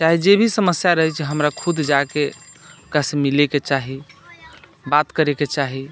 चाहे जे भी समस्या रहैत छै हमरा खुद जा कऽ ओकरासँ मिलैके चाही बात करैके चाही